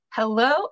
Hello